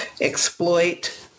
exploit